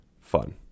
fun